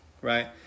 right